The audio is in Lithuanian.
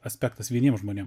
aspektas vieniem žmonėm